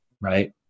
right